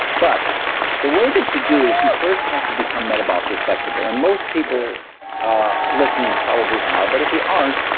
but the way that you do is you first have to become metabolically flexible, and most people ah listening probably are but if you aren't,